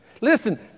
Listen